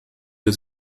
der